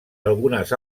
algunes